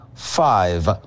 five